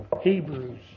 Hebrews